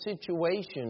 situation